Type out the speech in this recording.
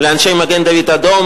אנשי מגן-דוד-אדום,